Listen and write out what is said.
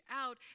out